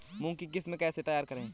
मूंग की किस्म कैसे तैयार करें?